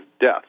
death